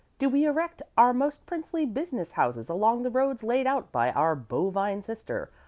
do we erect our most princely business houses along the roads laid out by our bovine sister?